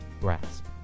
grasp